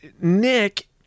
Nick